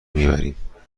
میبریم